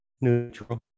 Neutral